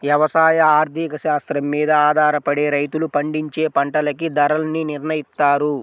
యవసాయ ఆర్థిక శాస్త్రం మీద ఆధారపడే రైతులు పండించే పంటలకి ధరల్ని నిర్నయిత్తారు